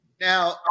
Now